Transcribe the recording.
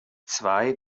zwei